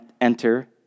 enter